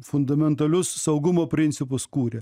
fundamentalius saugumo principus kūrė